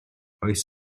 oes